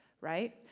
right